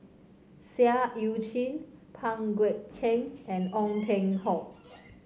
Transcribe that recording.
Seah Eu Chin Pang Guek Cheng and Ong Peng Hock